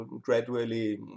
gradually